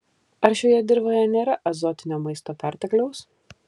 ar šioje dirvoje nėra azotinio maisto pertekliaus